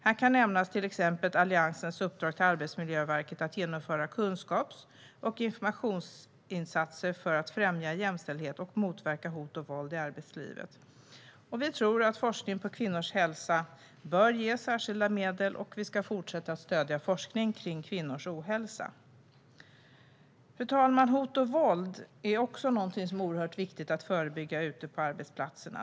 Här kan nämnas till exempel Alliansens uppdrag till Arbetsmiljöverket att genomföra kunskaps och informationsinsatser för att främja jämställdhet och motverka hot och våld i arbetslivet. Vi tror att forskning på kvinnors hälsa bör ges särskilda medel och att man ska fortsätta att stödja forskning kring kvinnors ohälsa. Fru talman! Hot och våld är någonting som är oerhört viktigt att förebygga ute på arbetsplatserna.